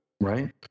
Right